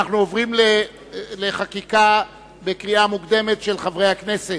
אנחנו עוברים לחקיקה בקריאה מוקדמת של חברי הכנסת,